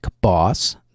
Boss